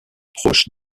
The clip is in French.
proche